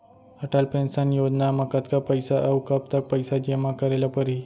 Atal pension योजना म कतका पइसा, अऊ कब तक पइसा जेमा करे ल परही?